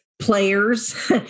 players